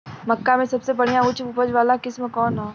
मक्का में सबसे बढ़िया उच्च उपज वाला किस्म कौन ह?